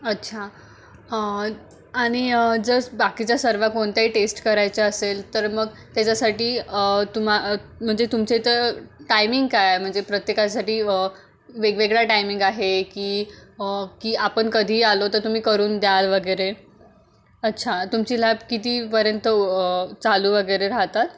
अच्छा आणि जर बाकीच्या सर्व कोणत्याही टेस्ट करायच्या असेल तर मग त्याच्यासाठी तुमा म्हणजे तुमचे तर टायमिंग काय आहे म्हणजे प्रत्येकासाठी वेगवेगळा टायमिंग आहे की की आपण कधीही आलो तर तुम्ही करून द्याल वगैरे अच्छा तुमची लॅब कितीपर्यंत चालू वगैरे राहतात